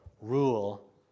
rule